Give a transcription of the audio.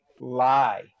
lie